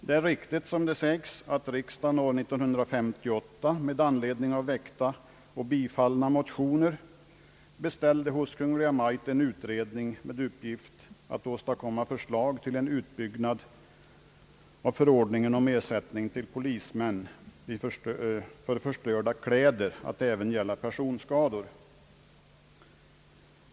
Det är riktigt som det sägs att riksdagen 1958 med anledning av väckta och bifallna motioner beställde hos Kungl. Maj:t en utredning med uppgift att åstadkomma förslag till en utbyggnad av förordningen om ersättning till polismän för förstörda kläder att även gälla personskador.